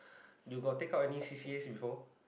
you got take up any c_c_as before